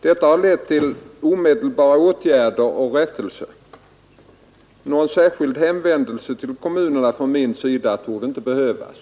Detta har lett till omedelbara åtgärder och rättelse. Någon särskild hänvändelse till kommunerna från min sida torde inte behövas.